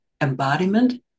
embodiment